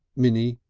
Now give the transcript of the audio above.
minnie,